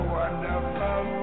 wonderful